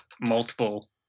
multiple